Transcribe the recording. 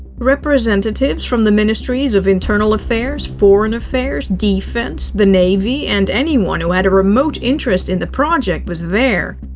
representatives from the ministries of internal affairs, foreign affairs, defense, the navy, and anyone who had a remote interest in the project was there.